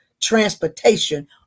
transportation